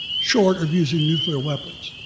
short of using nuclear weapons.